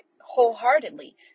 wholeheartedly